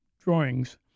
drawings